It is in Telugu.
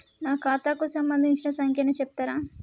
నా ఖాతా కు సంబంధించిన సంఖ్య ను చెప్తరా?